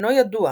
אינו ידוע.